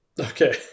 okay